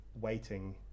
waiting